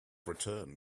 return